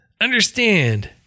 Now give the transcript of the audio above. understand